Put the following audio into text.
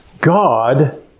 God